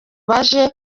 baje